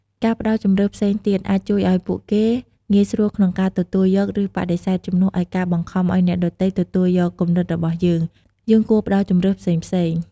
ការផ្តល់ជម្រើសផ្សេងទៀត អាចជួយឲ្យពួកគេងាយស្រួលក្នុងការទទួលយក ឬបដិសេធ ជំនួសឲ្យការបង្ខំឲ្យអ្នកដទៃទទួលយកគំនិតរបស់យើង យើងគួរផ្តល់ជម្រើសផ្សេងៗ។